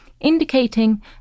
indicating